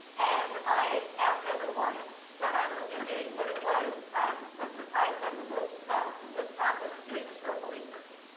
and i asked everyone that i was interviewing what it was, um what surprised them the most about the process of doing historical research.